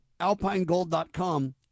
alpinegold.com